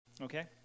Okay